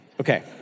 Okay